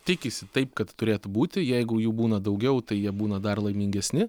tikisi taip kad turėtų būti jeigu jų būna daugiau tai jie būna dar laimingesni